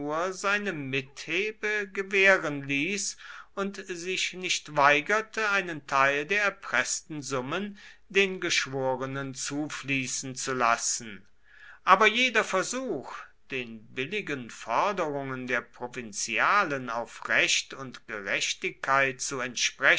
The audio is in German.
seine mitthebe gewähren ließ und sich nicht weigerte einen teil der erpreßten summen den geschworenen zufließen zu lassen aber jeder versuch den billigen forderungen der provinzialen auf recht und gerechtigkeit